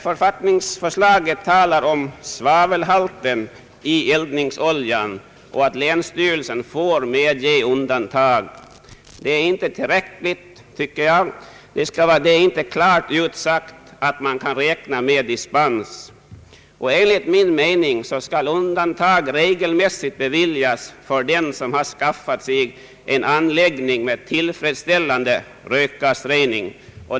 Författningsförslaget talar om svavelhalten i eldningsoljan och att länsstyrelsen får medge undantag. Det är inte tillräckligt, tycker jag. Det är inte klart utsagt att man kan räkna med dispens. Enligt min mening skall undantag regelmässigt beviljas för dem som har skaffat sig anläggning med tillfredsställande rökgasrening.